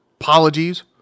apologies